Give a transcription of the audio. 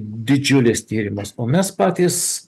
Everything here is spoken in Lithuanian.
didžiulis tyrimas o mes patys